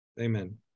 Amen